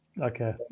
Okay